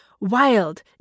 wild